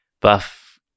buff